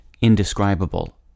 indescribable